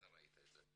ואתה ראית את זה.